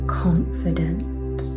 confidence